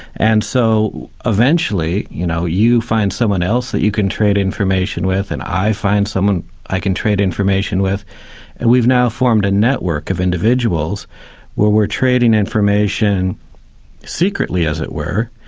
and so eventually you know you find someone else that you can trade information with, and i find someone i can trade information with and we've now formed a network of individuals where we're trading information secretly, as it were,